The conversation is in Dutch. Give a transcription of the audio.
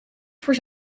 voor